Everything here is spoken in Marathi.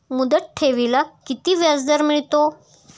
मुदत ठेवीला किती व्याजदर मिळतो?